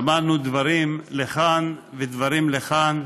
שמענו דברים לכאן ודברים לכאן.